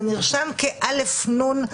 זה נרשם כ-א.נ.א.נ,